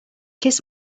kiss